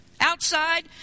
Outside